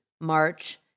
march